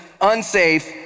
unsafe